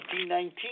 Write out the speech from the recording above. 2019